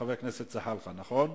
חבר הכנסת זחאלקה, נכון,